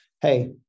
hey